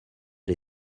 les